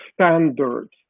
standards